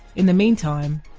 in the meantime,